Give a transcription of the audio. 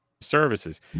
Services